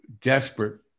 desperate